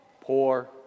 poor